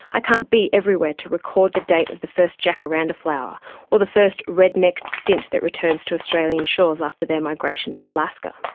i can't be everywhere to record the date of the first jacaranda flower or the first red-necked stint that returns to australian shores after their migration to alaska.